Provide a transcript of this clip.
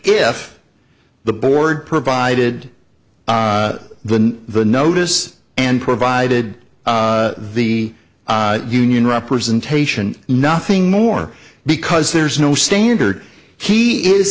if the board provided the the notice and provided the union representation nothing more because there's no standard he is